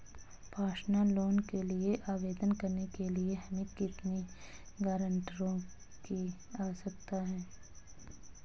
Personal loan के लिए आवेदन करने के लिए हमें कितने गारंटरों की आवश्यकता है?